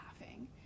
laughing